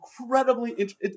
incredibly